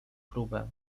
próbę